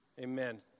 Amen